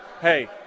Hey